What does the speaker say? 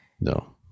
No